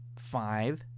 five